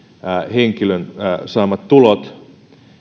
henkilön saamat tulot